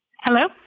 hello